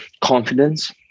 confidence